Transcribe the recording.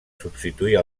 substituir